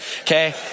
okay